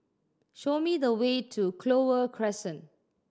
show me the way to Clover Crescent